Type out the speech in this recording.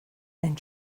ein